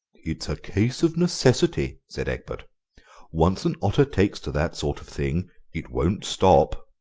it's a case of necessity, said egbert once an otter takes to that sort of thing it won't stop.